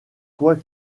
quoi